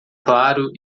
claro